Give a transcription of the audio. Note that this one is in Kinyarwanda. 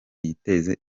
yiteze